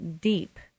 deep